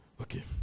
Okay